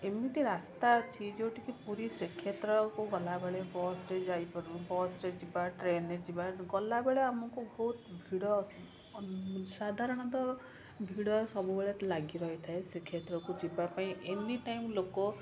ଏମିତି ରାସ୍ତା ଅଛି ଯେଉଁଠିକି ପୁରୀ ଶ୍ରୀକ୍ଷେତ୍ରକୁ ଗଲାବେଳେ ବସରେ ଯାଇପାରୁ ବସରେ ଯିବା ଟ୍ରେନରେ ଯିବା ଗଲାବେଳେ ଆମକୁ ବହୁତ ଭିଡ଼ ସାଧାରଣତଃ ଭିଡ଼ ସବୁବେଳେ ଲାଗି ରହିଥାଏ ଶ୍ରୀକ୍ଷେତ୍ରକୁ ଯିବାପାଇଁ ଏନିଟାଇମ୍ ଲୋକ